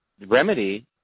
remedy